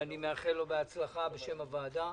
ומאחל לו הצלחה בשם הוועדה.